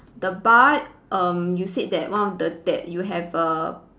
the bar um you said that one of the that you have a